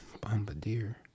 Bombardier